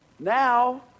Now